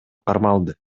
кармалды